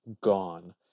gone